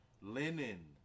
linen